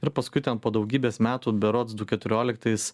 ir paskui ten po daugybės metų berods du keturioliktais